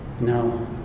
No